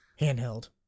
handheld